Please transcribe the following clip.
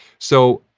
so.